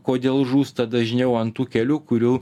kodėl žūsta dažniau ant tų kelių kurių